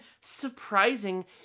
surprising